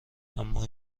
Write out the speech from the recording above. اما